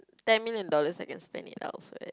ten million dollars I can spend it outside